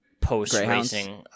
post-racing